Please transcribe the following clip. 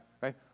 right